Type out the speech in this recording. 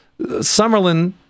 Summerlin